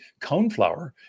coneflower